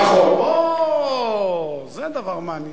נכון, או, זה דבר מעניין.